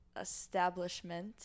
establishment